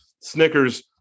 Snickers